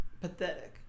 pathetic